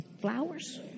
flowers